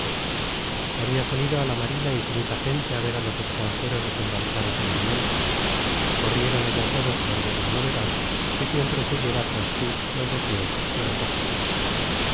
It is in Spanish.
habia salido a la marina infinita gente á ver los extranjeros desembarcados en belen corrieron allá todos por ver la novedad que siempre se lleva tras sí los deseos y los ojos